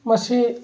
ꯃꯁꯤ